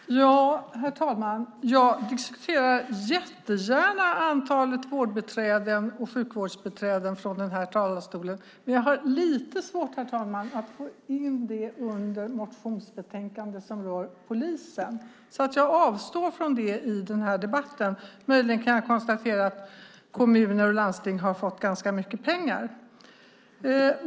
Herr talman! Jag diskuterar mycket gärna antalet vårdbiträden och sjukvårdsbiträden från denna talarstol, men jag har lite svårt att få in det under det motionsbetänkande som rör polisen. Jag avstår därför från det i denna debatt. Möjligen kan jag konstatera att kommuner och landsting har fått ganska mycket pengar.